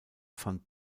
van